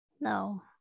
No